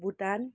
Bhutan